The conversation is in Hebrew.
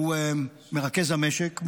שהוא מרכז המשק.